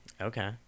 Okay